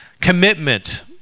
commitment